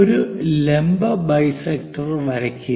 ഒരു ലംബ ബൈസെക്ടർ വരയ്ക്കുക